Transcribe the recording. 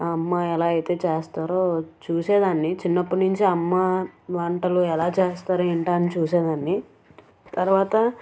అమ్మ ఎలా అయితే చేస్తారో చూసేదాన్ని చిన్నప్పుడు నించి అమ్మ వంటలు ఎలా చేస్తారు ఏంటా అని చూసేదాన్ని తరవాత